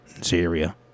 Syria